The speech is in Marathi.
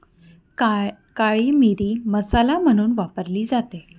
काळी मिरी मसाला म्हणून वापरली जाते